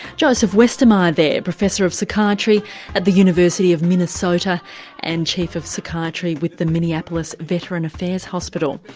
joseph westermeyer there, professor of psychiatry at the university of minnesota and chief of psychiatry with the minneapolis veteran affairs hospital.